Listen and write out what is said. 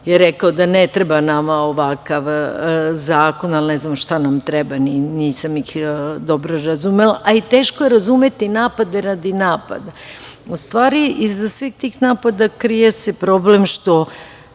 je rekao da ne treba nama ovakav zakon, ali ne znam šta nam treba, nisam ih dobro razumela, a i teško je razumeti napade radi napada. U stvari, iza svih tih napada krije se problem što